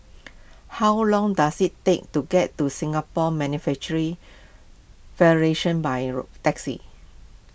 how long does it take to get to Singapore Manufacturing Federation by raw taxi